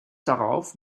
darauf